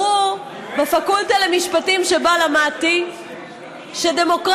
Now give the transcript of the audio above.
אמרו בפקולטה למשפטים שבה למדתי שדמוקרטיה